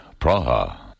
Praha